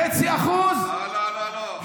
2.5%. לא, לא, לא.